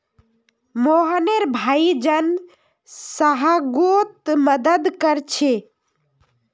मोहनेर भाई जन सह्योगोत मदद कोरछे